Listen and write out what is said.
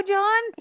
John